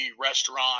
restaurant